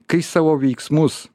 kai savo veiksmus